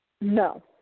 No